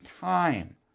time